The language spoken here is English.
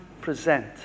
present